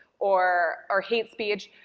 or or hate speech.